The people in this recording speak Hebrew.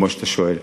כמו שאתה שואל: